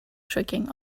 tricking